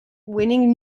winning